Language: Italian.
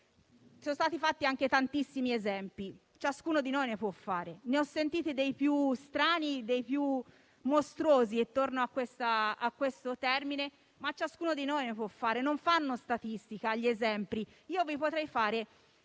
Sono stati fatti anche tantissimi esempi, ciascuno di noi ne può fare. Ne ho sentiti dei più strani, dei più mostruosi intorno a questo argomento, ma ciascuno di noi ne può fare. Non fanno statistica gli esempi. Io vi potrei fare